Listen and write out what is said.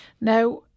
Now